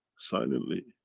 silently,